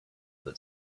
that